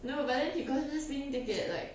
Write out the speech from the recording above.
no but then he gotten speeding ticket like